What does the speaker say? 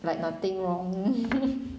like nothing wrong